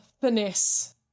finesse